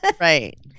Right